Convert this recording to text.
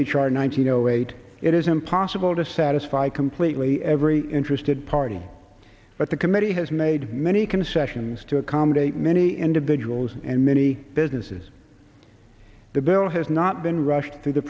eight it is impossible to satisfy completely every interested party but the committee has made many concessions to accommodate many individuals and many businesses the bill has not been rushed through the